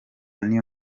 new